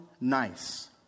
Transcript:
nice